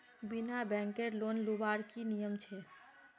बिना बैंकेर लोन लुबार की नियम छे?